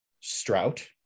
Strout